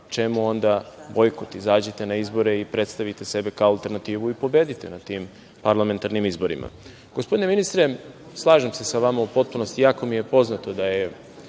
čemu onda bojkot? Izađite na izbore i predstavite sebe kao alternativu i pobedite na tim parlamentarnim izborima. Gospodine ministre, slažem se sa vama u potpunosti. Jako mi je poznato da je